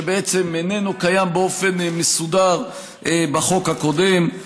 שאיננו קיים באופן מסודר בחוק הקודם.